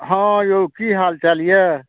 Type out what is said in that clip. हँ यौ की हाल चाल यऽ